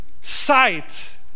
sight